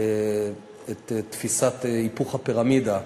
את תפיסת היפוך הפירמידה,